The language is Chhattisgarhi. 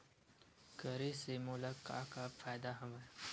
करे से मोला का का फ़ायदा हवय?